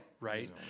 right